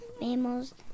Mammals